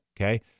Okay